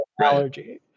allergy